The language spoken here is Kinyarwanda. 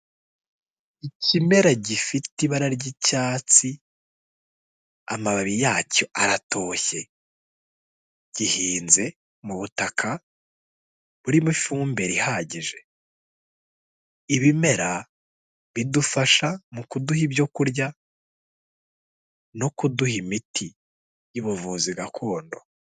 Ikimera gifite ibara ry'icyatsi amababi yacyo aratoshye, gihinze mu butaka burimo ifumbire ihagije, ibimera bidufasha mu kuduha ibyo kurya no kuduha imiti y'ubuvuzi gakondo.